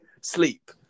Sleep